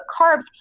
carbs